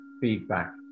feedback